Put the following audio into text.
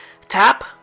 Tap